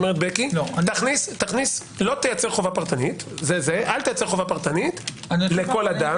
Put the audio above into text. אל תייצר חובה פרטנית לכל אדם.